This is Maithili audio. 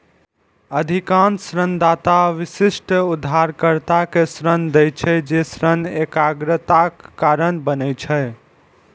अधिकांश ऋणदाता विशिष्ट उधारकर्ता कें ऋण दै छै, जे ऋण एकाग्रताक कारण बनै छै